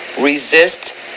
resist